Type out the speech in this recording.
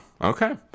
Okay